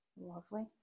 Lovely